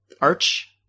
arch